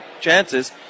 chances